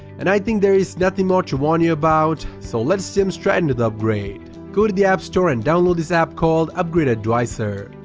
and i think there is nothing more to warn you about so let's jump so um straight into the upgrade! go to the app store and download this app called upgrade advisor,